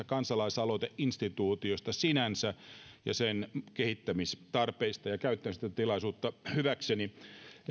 kansalaisaloiteinstituutiosta sinänsä ja sen kehittämistarpeista käyttäisin tilaisuutta hyväkseni